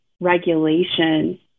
regulation